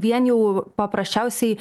vien jau paprasčiausiai